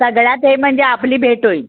सगळ्यात हे म्हणजे आपली भेट होईल